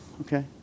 okay